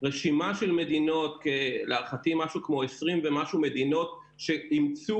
יש רשימה של 20 ומשהו מדינות שאימצו